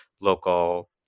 local